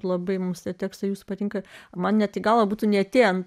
labai mūsų tekstai jums patinka man ne tik galva būtų ne tiems